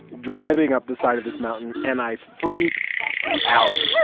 driving up the side of this mountain. and i freaked out.